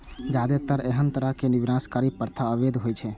जादेतर एहन तरहक विनाशकारी प्रथा अवैध होइ छै